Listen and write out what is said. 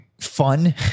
fun